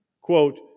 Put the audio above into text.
Quote